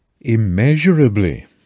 Immeasurably